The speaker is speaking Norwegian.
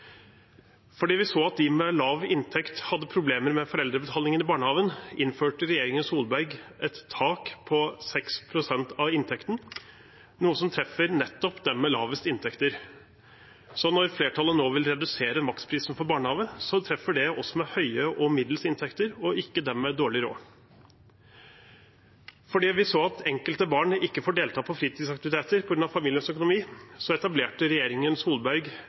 Fordi vi så at de med lav inntekt hadde problemer med foreldrebetalingen i barnehagen, innførte regjeringen Solberg et tak på 6 pst. av inntekten, noe som treffer nettopp dem med lavest inntekt. Så når flertallet nå vil redusere maksprisen for barnehage, treffer det oss med høye og middels inntekter, og ikke dem med dårlig råd. Fordi vi så at enkelte barn ikke får delta på fritidsaktiviteter på grunn av familiens økonomi, etablerte regjeringen Solberg